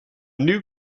new